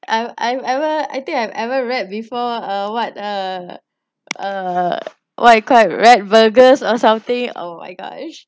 I I I were I think I've ever read before uh what uh uh what it called rat burgers or something oh my gosh